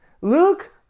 Luke